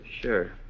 Sure